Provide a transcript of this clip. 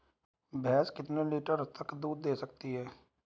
भैंस कितने लीटर तक दूध दे सकती है?